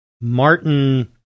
Martin